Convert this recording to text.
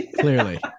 Clearly